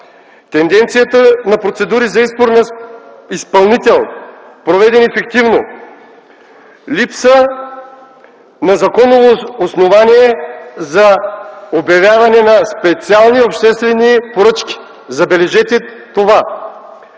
провеждане на процедури за избор на изпълнител, проведени фиктивно; липса на законово основание за обявяване на специални обществени поръчки. Забележете това!